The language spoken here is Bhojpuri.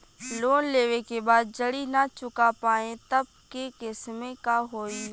लोन लेवे के बाद जड़ी ना चुका पाएं तब के केसमे का होई?